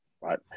right